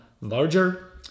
larger